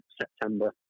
September